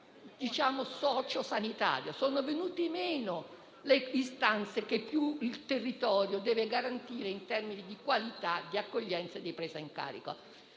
socio-sanitaria. Sono venute meno le istanze che il territorio deve garantire in termini di qualità, di accoglienza e di presa in carico.